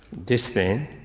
this pain,